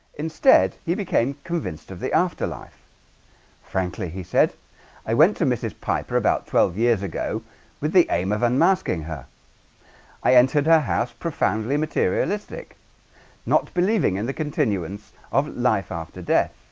instead he became convinced of the afterlife frankly he said i went to mrs. piper about twelve years ago with the aim of unmasking her i entered her house profoundly materialistic not believing in the continuance of life after death